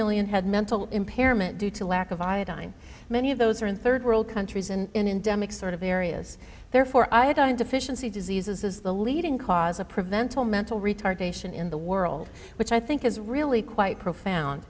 million had mental impairment due to lack of iodine many of those are in third world countries and in demick sort of areas therefore i had on deficiency diseases is the leading cause of preventable mental retardation in the world which i think is really quite profound